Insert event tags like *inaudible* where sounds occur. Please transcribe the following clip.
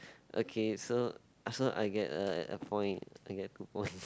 okay so ah so I get a a point I get two point *noise*